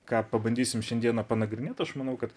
ką pabandysim šiandieną panagrinėt aš manau kad